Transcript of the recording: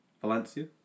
Valencia